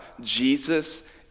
Jesus